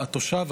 התושב,